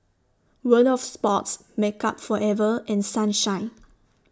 World of Sports Makeup Forever and Sunshine